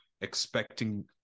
expecting